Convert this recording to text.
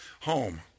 home